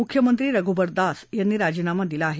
मुख्यमंत्री रघुबर दास यांनी राजीनामा दिला आहे